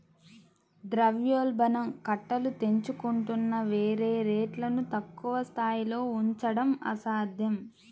ద్రవ్యోల్బణం కట్టలు తెంచుకుంటున్న వేళ రేట్లను తక్కువ స్థాయిలో ఉంచడం అసాధ్యం